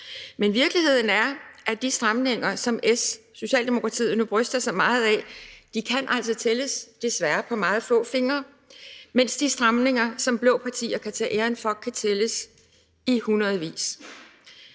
Men virkeligheden er, at de stramninger, som Socialdemokratiet nu bryster sig meget af, desværre kan tælles på meget få fingre, mens de stramninger, som de blå partier kan tage æren for, kan tælles i hundredvis.